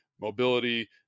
mobility